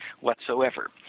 whatsoever